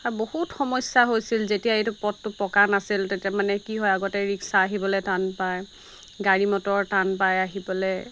আৰু বহুত সমস্যা হৈছিল যেতিয়া এইটো পথটো পকা নাছিল তেতিয়া মানে কি হয় আগতে ৰিক্সা আহিবলৈ টান পায় গাড়ী মটৰ টান পায় আহিবলৈ